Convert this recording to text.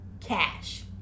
cash